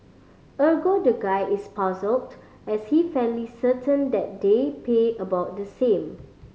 ergo the guy is puzzled as he fairly certain that they pay about the same